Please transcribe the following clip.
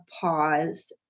pause